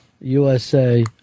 USA